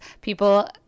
people